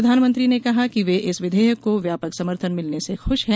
प्रधानमंत्री ने कहा कि वे इस विधेयक को व्यापक समर्थन मिलने से खुश हैं